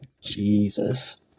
Jesus